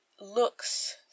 looks